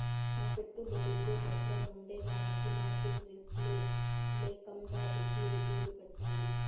మన పెట్టుబడులు బద్రముండేదానికి మార్కెట్ రిస్క్ లు లేకండా సెక్యూరిటీలు పెట్టాలి